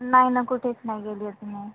नाही ना कुठेच नाही गेली अजून मी